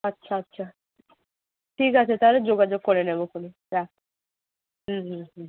আচ্ছা আচ্ছা ঠিক আছে তাহলে যোগাযোগ করে নেবো খুনি রাখ হুম হুম হুম